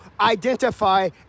identify